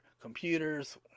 computers